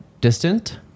distant